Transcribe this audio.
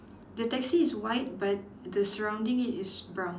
the taxi is white but the surrounding it is brown